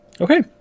Okay